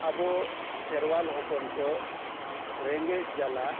ᱟᱵᱚ ᱠᱷᱮᱨᱣᱟᱞ ᱦᱚᱯᱚᱱ ᱠᱚ ᱨᱮᱸᱜᱮᱡ ᱡᱟᱞᱟ